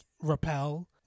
repel